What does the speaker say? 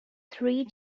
three